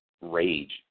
rage